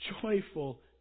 Joyful